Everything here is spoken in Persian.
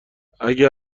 اگه